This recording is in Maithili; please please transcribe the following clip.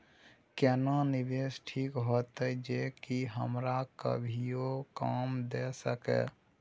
केना निवेश ठीक होते जे की हमरा कभियो काम दय सके?